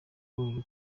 ruri